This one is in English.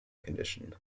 conditioned